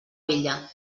vella